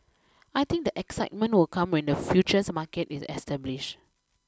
I think the excitement will come when the futures market is established